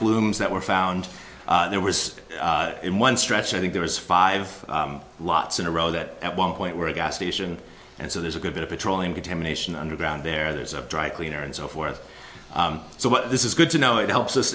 es that were found there was in one stretch i think there was five lots in a row that at one point were a gas station and so there's a good bit of petroleum contamination underground there there's a dry cleaner and so forth so what this is good to know it helps us